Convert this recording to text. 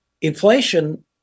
Inflation